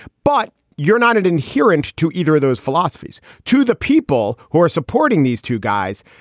but you're not adherent to either of those philosophies to the people who are supporting these two guys.